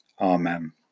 Amen